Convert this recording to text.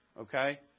okay